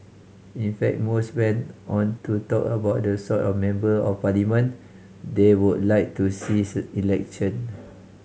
in fact most went on to talk about the sort of Member of Parliament they would like to see election